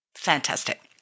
Fantastic